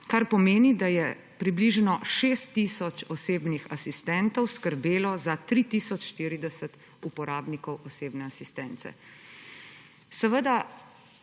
kar pomeni, da je približno 6 tisoč osebnih asistentov skrbelo za 3 tisoč 40 uporabnikov osebne asistence. Seveda